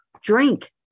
drink